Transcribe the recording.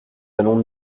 allons